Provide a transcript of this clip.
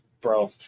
Bro